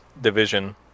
division